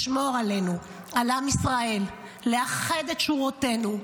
לשמור עלינו, על עם ישראל, לאחד את שורותינו,